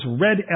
red